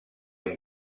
amb